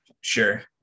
Sure